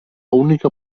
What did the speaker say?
única